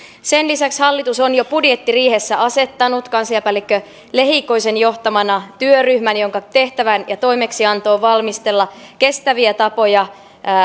sen lisäksi hallitus on jo budjettiriihessä asettanut kansliapäällikkö lehikoisen johtamana työryhmän jonka tehtävä ja toimeksianto on valmistella kestäviä tapoja